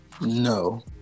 no